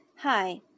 Hi